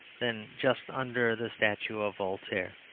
than just under the statue of voltaire.